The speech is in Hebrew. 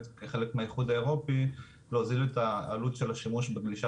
כחלק מהאיחוד האירופי להוזיל את העלות של השימוש בגלישה